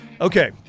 Okay